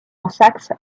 saxe